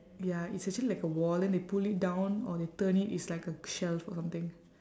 ya it's actually like a wall then they pull it down or they turn it it's like a shelf or something